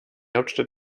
hauptstadt